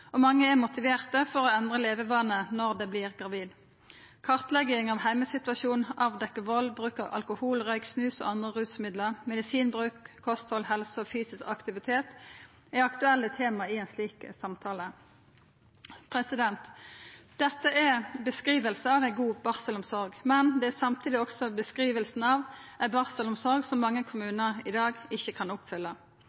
og mange er motiverte for å endra levevanar når dei vert gravide. Kartlegging av heimesituasjonen, avdekking av vald, bruk av alkohol, røyk, snus og andre rusmiddel, medisinbruk, kosthald, helse og fysisk aktivitet er aktuelle tema i ein slik samtale. Dette er beskrivingar av ei god barselomsorg, men det er samtidig ei beskriving av ei barselomsorg som mange